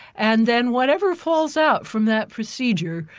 and then whatever falls out from that procedure,